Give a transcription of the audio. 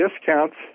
discounts